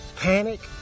panic